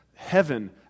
heaven